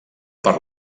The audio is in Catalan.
per